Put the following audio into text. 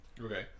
Okay